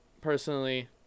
personally